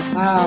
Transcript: Wow